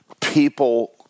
people